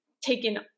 taken